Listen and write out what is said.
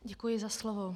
Děkuji za slovo.